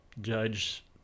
judge